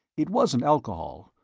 it wasn't alcohol,